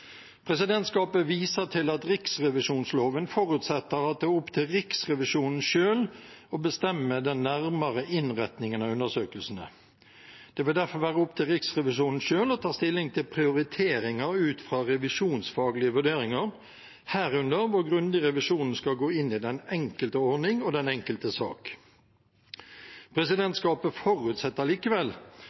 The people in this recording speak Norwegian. Presidentskapet viser til at riksrevisjonsloven forutsetter at det er opp til Riksrevisjonen selv å bestemme den nærmere innretningen av undersøkelsene. Det vil derfor være opp til Riksrevisjonen selv å ta stilling til prioriteringer ut fra revisjonsfaglige vurderinger, herunder hvor grundig revisjonen skal gå inn i den enkelte ordning og den enkelte sak. Presidentskapet forutsetter likevel